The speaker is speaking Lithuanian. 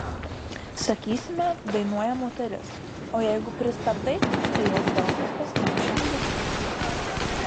sakysime dainuoja moteris o jeigu pristabdai tai jos balsas pasidaro vyriškas